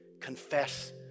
confess